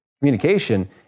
communication